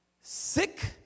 sick